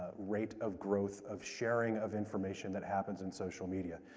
rate of growth of sharing of information that happens in social media.